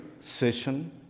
session